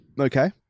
Okay